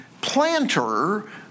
planter